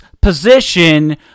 position